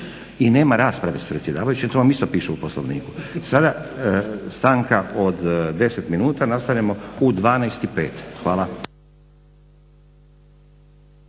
I nema rasprave s predsjedavajućim, to vam isto piše u Poslovniku. Sada stanka od 10 minuta, nastavljamo u 12,05. Hvala.